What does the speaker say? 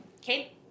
Okay